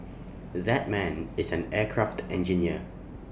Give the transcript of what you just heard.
that man is an aircraft engineer